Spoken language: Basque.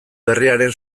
berriaren